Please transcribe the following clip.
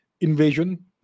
invasion